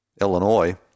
Illinois